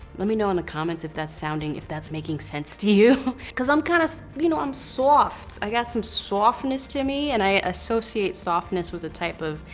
let me know in the comments if that's sounding, if that's making sense to you. cause i'm kinda, kind of you know, i'm soft. i've got some softness to me and i associate softness with a type of,